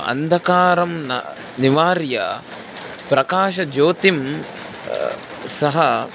अन्धःकारं न निवार्य प्रकाशज्योतिं सः